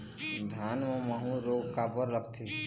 धान म माहू रोग काबर लगथे?